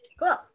Cool